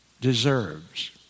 deserves